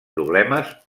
problemes